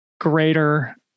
greater